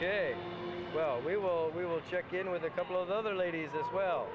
day well we will we will check in with a couple of other ladies as well